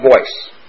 voice